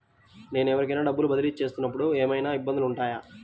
నేను ఎవరికైనా డబ్బులు బదిలీ చేస్తునపుడు ఏమయినా ఇబ్బందులు వుంటాయా?